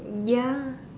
ya